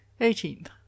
Eighteenth